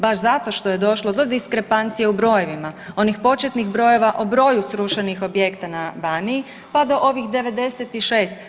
Baš zato što je došlo do diskrepancije u brojevima, onih početnih brojeva o broju srušenih objekta na Baniji pa do ovih 96.